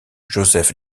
joseph